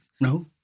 No